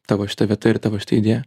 tavo šita vieta ir tavo šita idėja